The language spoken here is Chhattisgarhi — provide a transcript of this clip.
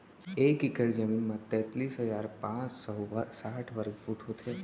एक एकड़ जमीन मा तैतलीस हजार पाँच सौ साठ वर्ग फुट होथे